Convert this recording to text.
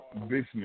business